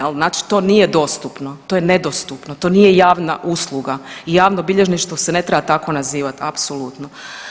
Je li, znači to nije dostupno, to je nedostupno, to nije javna usluga i javno bilježništvo se ne treba tako nazivati apsolutno.